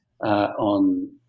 on